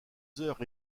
heures